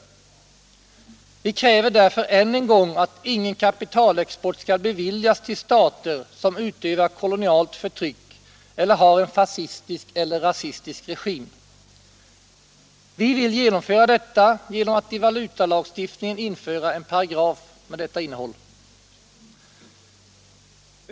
Vi kräver därför än en gång att ingen kapitalexport skall beviljas till stater som utövar kolonialt förtryck eller har en fascistisk eller rasistisk regim. Vi vill genomföra det kravet genom att i valutalagstiftningen införa en paragraf med detta innehåll.